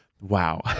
wow